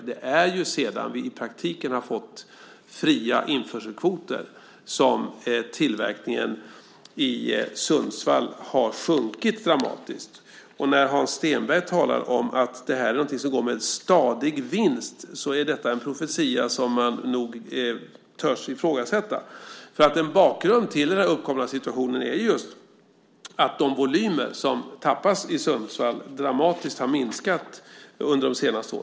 Det är sedan vi i praktiken har fått fria införselkvoter som tillverkningen i Sundsvall har minskat dramatiskt. När Hans Stenberg talar om att detta är någonting som går med en stadig vinst så är det en profetia som man nog törs ifrågasätta. En bakgrund till den uppkomna situationen är just att de volymer som tappas i Sundsvall dramatiskt har minskat under de senaste åren.